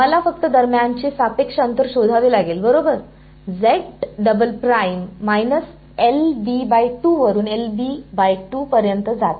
मला फक्त दरम्यानचे सापेक्ष अंतर शोधावे लागेल बरोबर z डबल प्राइम वरुन पर्यंत जाते